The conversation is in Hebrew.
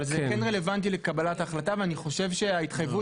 אבל זה כן רלוונטי לקבלת ההחלטה ואני חושב שההתחייבות